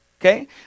Okay